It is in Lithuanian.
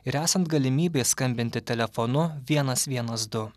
ir esant galimybei skambinti telefonu vienas vienas du